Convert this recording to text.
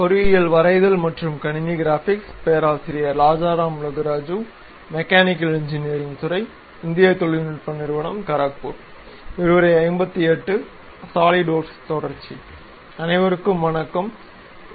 SolidWorks தொடர்ச்சி அனைவருக்கும் வணக்கம் என்